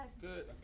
Good